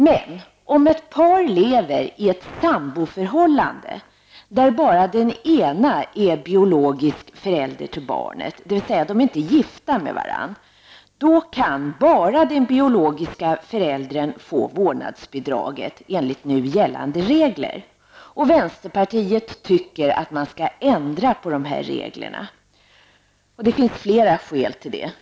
Men om ett par lever i ett samboförhållande, där bara den ena personen är biologisk förälder till barnet, dvs. då dessa personer inte är gifta med varandra, kan bara den biologiska föräldern få vårdbidraget enligt nu gällande regler. Vänsterpartiet tycker att man skall ändra på dessa regler. Det finns flera skäl till det.